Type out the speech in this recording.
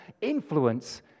influence